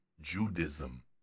Judaism